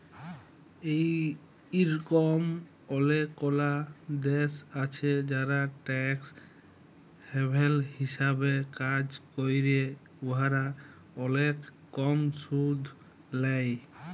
ইরকম অলেকলা দ্যাশ আছে যারা ট্যাক্স হ্যাভেল হিসাবে কাজ ক্যরে উয়ারা অলেক কম সুদ লেই